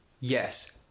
Yes